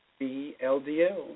BLDL